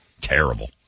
terrible